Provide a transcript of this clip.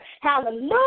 Hallelujah